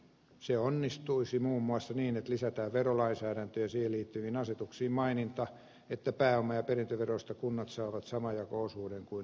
se onnistuisi muun muassa niin että lisätään verolainsäädäntöön ja siihen liittyviin asetuksiin maininta että pääoma ja perintöveroista kunnat saavat saman jako osuuden kuin yhteisöveroistakin